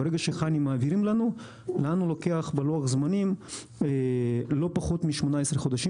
וברגע שחנ"י מעבירים לנו לוקח לנו לא פחות מ-18 חודשים,